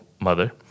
mother